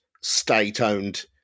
state-owned